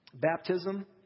Baptism